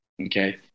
okay